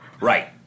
Right